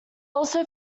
also